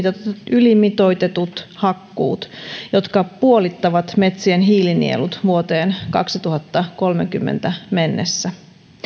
ylimitoitetut hakkuut jotka puolittavat metsien hiilinielut vuoteen kaksituhattakolmekymmentä mennessä